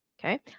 Okay